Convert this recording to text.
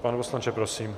Pane poslanče, prosím.